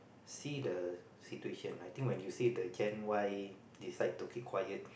see the situation I think when you say the Gen-Y decide to keep quiet